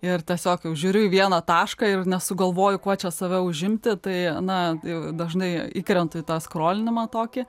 ir tiesiog jau žiūriu į vieną tašką ir nesugalvoju kuo čia save užimti tai na tai dažnai įkrentu į tą skrolinimą tokį